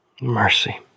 Mercy